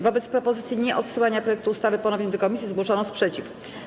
Wobec propozycji nieodsyłania projektu ustawy ponownie do komisji zgłoszono sprzeciw.